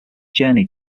journey